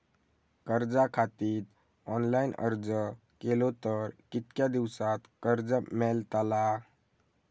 कर्जा खातीत ऑनलाईन अर्ज केलो तर कितक्या दिवसात कर्ज मेलतला?